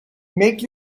make